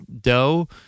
dough